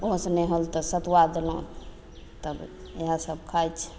ओहोसँ नहि होल तऽ सतुआ देलहुँ तब इएह सब खाय छै